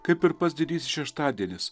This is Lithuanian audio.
kaip ir pats didysis šeštadienis